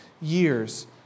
years